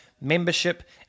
membership